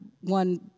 one